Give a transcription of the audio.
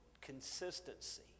consistency